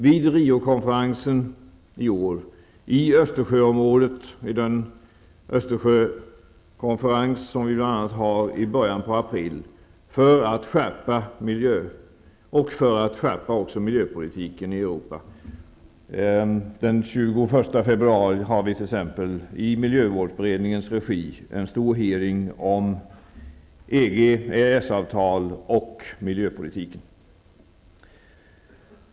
Jag tänker då på bl.a. Riokonferensen i år och på den Östersjökonferens som äger rum i början av april och som syftar till att skärpa också miljöpolitiken i Europa. Den 21 februari t.ex. blir det ju i miljövårdsberedningens regi en stor utfrågning om EG, EES-avtal och miljöpolitiken.